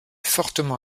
fortement